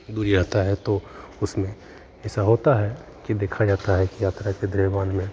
दूरी रहता है तो उसमें ऐसा होता है की देखा जाता है यात्रा के दरम्यान में